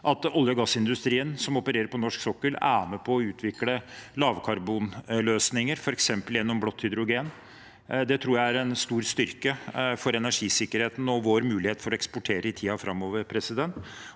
At oljeog gassindustrien som opererer på norsk sokkel, er med på å utvikle lavkarbonløsninger, f.eks. gjennom blått hydrogen, tror jeg er en stor styrke for energisikkerheten og vår mulighet for å eksportere i tiden framover.